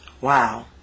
Wow